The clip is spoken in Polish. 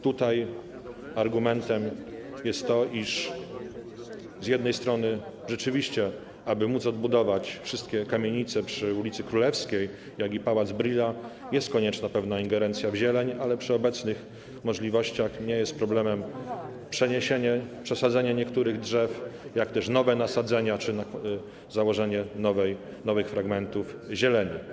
Tutaj argumentem jest to, iż z jednej strony rzeczywiście, aby móc odbudować wszystkie kamienice przy ul. Królewskiej, jak i Pałac Brühla, konieczna jest pewna ingerencja w zieleń, ale przy obecnych możliwościach nie jest problemem przeniesienie, przesadzenie niektórych drzew, jak też nowe nasadzenia czy założenie nowych fragmentów zieleni.